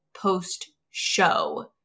post-show